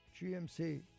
GMC